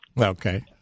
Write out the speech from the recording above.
Okay